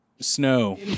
snow